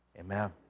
Amen